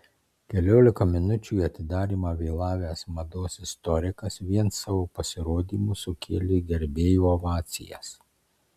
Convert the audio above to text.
keliolika minučių į atidarymą vėlavęs mados istorikas vien savo pasirodymu sukėlė gerbėjų ovacijas